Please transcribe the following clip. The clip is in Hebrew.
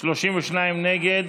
32 נגד,